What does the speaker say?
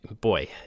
boy